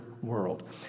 world